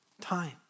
time